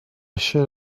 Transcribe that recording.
should